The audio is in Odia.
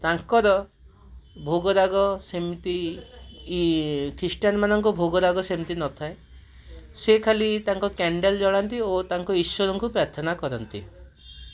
ତାଙ୍କର ଭୋଗରାଗ ସେମିତି ଇ ଖ୍ରୀଷ୍ଟିଆନ ମାନଙ୍କ ଭୋଗରାଗ ସେମିତି ନଥାଏ ସେ ଖାଲି ତାଙ୍କ କ୍ୟାଣ୍ଡେଲ ଜଳାନ୍ତି ଓ ତାଙ୍କ ଈଶ୍ବରଙ୍କୁ ପ୍ରାର୍ଥନା କରନ୍ତି